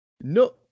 no